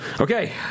Okay